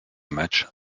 match